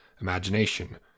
imagination